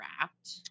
wrapped